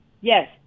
Yes